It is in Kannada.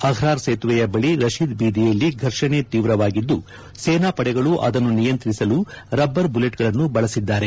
ಅಹ್ರಾರ್ ಸೇತುವೆ ಬಳಿಯ ರಡೀದ್ ಬೀದಿಯಲ್ಲಿ ಫರ್ಷಣೆ ತೀವ್ರವಾಗಿದ್ದು ಸೇನಾ ಪಡೆಗಳು ಅದನ್ನು ನಿಯಂತ್ರಿಸಲು ರಬ್ಬರ್ ಬುಲೆಟ್ಗಳನ್ನು ಬಳಸಿದ್ದಾರೆ